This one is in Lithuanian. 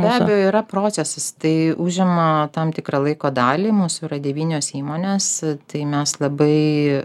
be abejo yra procesas tai užima tam tikrą laiko dalį mūsų yra devynios įmonės tai mes labai